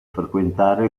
frequentare